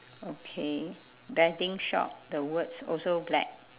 okay betting shop the words also black